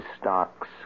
stocks